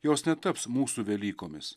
jos netaps mūsų velykomis